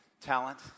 talent